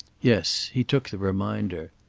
yes he took the reminder.